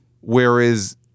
Whereas